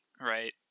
Right